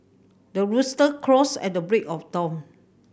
the rooster crows at the break of dawn